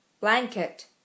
Blanket